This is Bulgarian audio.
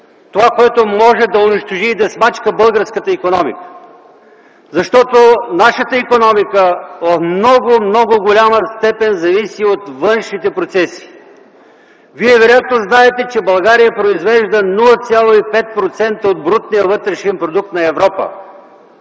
Това, което може да унищожи и да смачка българската икономика. Защото нашата икономика в много, много голяма степен зависи от външните процеси. Вие вероятно знаете, че България произвежда 0,5% от брутния вътрешен продукт на Европа.